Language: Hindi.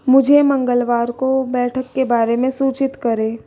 मुझे मंगलवार को बैठक के बारे में सूचित करें